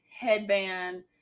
headband